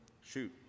shoot